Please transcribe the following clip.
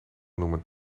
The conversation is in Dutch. noemen